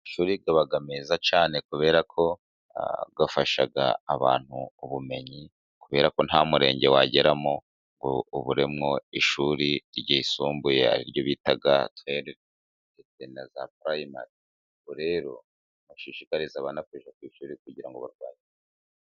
Amashuri aba meza cyane kubera ko afasha abantu ubumenyi, kubera ko nta murenge wageramo ngo uburemo ishuri ryisumbuye, ari ryo bita tuwelive ndetse na za purayimari, ubwo rero bashishikariza abana kurya ku ishuri kugira ngo barwanye......